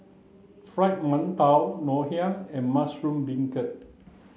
fried Mantou Ngoh Hiang and mushroom Beancurd